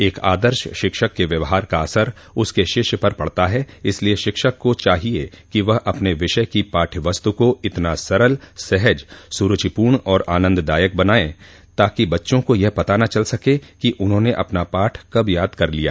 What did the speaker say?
एक आदर्श शिक्षक के व्यवहार का असर उसके शिष्य पर पड़ता है इसलिए शिक्षक को चाहिए की वह अपने विषय की पाठ्यवस्तु को इतना सरल सहज सुरूचिपूर्ण और आनंददायक बनायें ताकि बच्चों को यह पता न चल सके कि उन्होंने अपना पाठ कब याद कर लिया